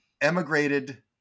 emigrated